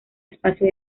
espacio